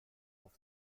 auf